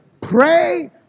pray